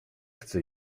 chcę